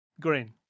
green